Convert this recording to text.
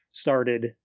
started